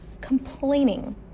complaining